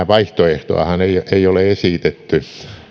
vaihtoehtoahan ei ole esitetty